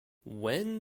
when